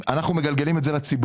אנחנו בסוף מגלגלים את זה על הציבור.